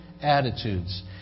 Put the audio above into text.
attitudes